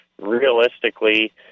realistically